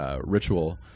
ritual